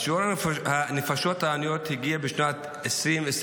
שיעור הנפשות העניות הגיע בשנת 2023